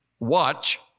watch